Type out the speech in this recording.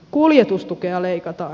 kuljetustukea leikataan